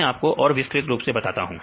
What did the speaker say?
मैं आपको और विस्तृत रूप से बताता हूं